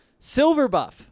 Silverbuff